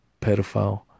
pedophile